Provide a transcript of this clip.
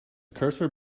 cursor